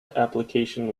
application